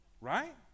Right